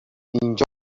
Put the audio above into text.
اینجا